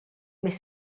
més